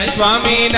Swami